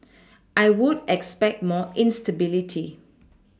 I would expect more instability